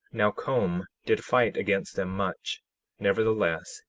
now com did fight against them much nevertheless,